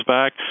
back